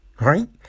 right